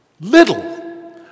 little